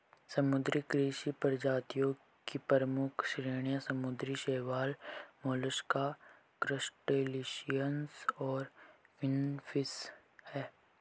समुद्री कृषि प्रजातियों की प्रमुख श्रेणियां समुद्री शैवाल, मोलस्क, क्रस्टेशियंस और फिनफिश हैं